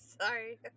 Sorry